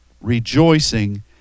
rejoicing